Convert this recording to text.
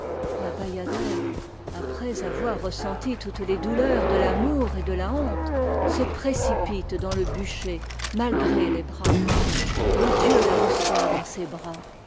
après avoir ressenti toutes les douleurs de l'amour et de la honte se précipite dans le bûcher malgré les brames le dieu la reçoit dans ses bras